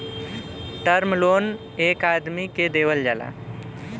term loan एक आदमी के देवल जाला